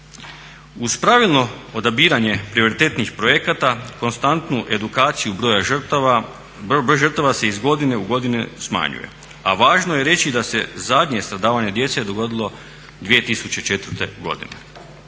Uz pravilno odabiranje prioritetnih projekata konstantnu edukaciju broj žrtava se iz godine u godinu smanjuje, a važno je reći da se zadnje stradavanje djece dogodilo 2004. godine.